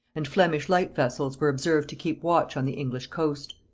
and flemish light vessels were observed to keep watch on the english coast.